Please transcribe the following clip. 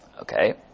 Okay